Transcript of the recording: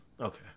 Okay